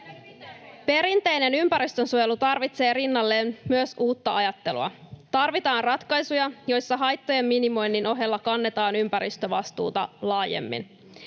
Perinteinen ympäristönsuojelu tarvitsee rinnalleen myös uutta ajattelua. Tarvitaan ratkaisuja, joissa haittojen minimoinnin ohella kannetaan ympäristövastuuta laajemmin.